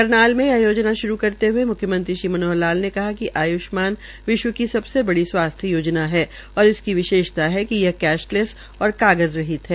करनाल में यह योजना श्रू करते हुए मुख्मयंत्री श्री मनोहर लाल ने कहा है कि आय्ष्मान विश्व की सबसे बड़ी स्वास्थ्य योजना है और इसकी विशेषता है कि यह कैशलेस और कागज़रहित है